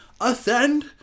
Ascend